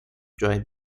dry